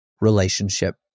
relationship